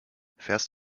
fährst